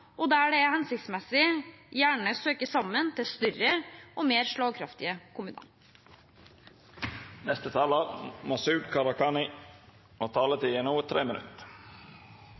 – der det er hensiktsmessig – gjerne søker sammen til større og mer slagkraftige kommuner. Dei talarane som heretter får ordet, har ei taletid på inntil 3 minutt.